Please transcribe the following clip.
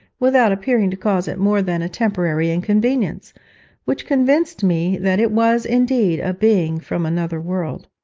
without appearing to cause it more than a temporary inconvenience which convinced me that it was indeed a being from another world.